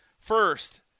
First